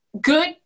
Good